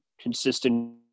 consistent